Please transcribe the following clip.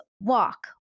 walk